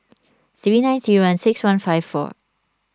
three nine three one six one five four